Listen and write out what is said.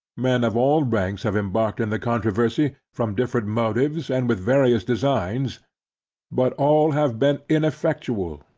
men of all ranks have embarked in the controversy, from different motives, and with various designs but all have been ineffectual,